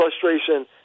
frustration